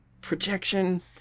projection